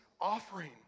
offering